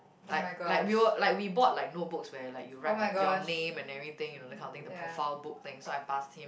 like like we will like we bought like notebooks where like you write like your name and everything you know that kind of thing the profile book thing so I pass him